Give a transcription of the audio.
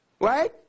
right